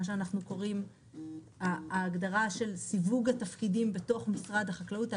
מה שאנחנו קוראים ההגדרה של סיווג התפקידים בתוך משרד החקלאות,